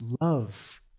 love